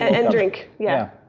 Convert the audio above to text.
and drink. yeah.